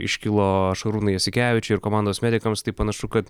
iškilo šarūnui jasikevičiui ir komandos medikams tai panašu kad